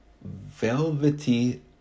Velvety